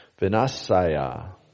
Vinasaya